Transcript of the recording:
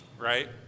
right